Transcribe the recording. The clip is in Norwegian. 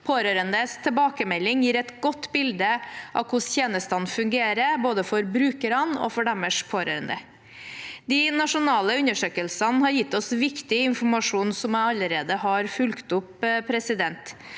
Pårørendes tilbakemelding gir et godt bilde av hvordan tjenestene fungerer, både for brukerne og for deres pårørende. De nasjonale undersøkelsene har gitt oss viktig informasjon som jeg allerede har fulgt opp.